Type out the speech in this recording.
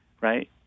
right